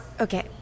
okay